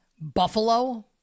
Buffalo